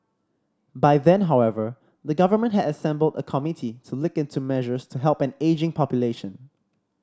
by then however the government had assembled a committee to look into measures to help an ageing population